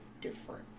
different